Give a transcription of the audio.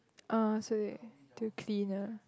uh so they to clean lah